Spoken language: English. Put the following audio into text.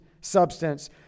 substance